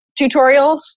tutorials